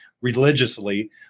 religiously